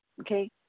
Okay